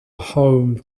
home